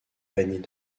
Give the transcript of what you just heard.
paniers